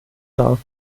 dar